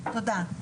תודה.